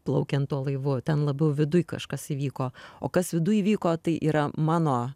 plaukiant tuo laivu ten labai viduj kažkas įvyko o kas viduj įvyko tai yra mano